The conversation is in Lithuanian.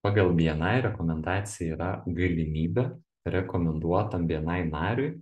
pagal bni rekomendacija yra galimybė rekomenduotam bni nariui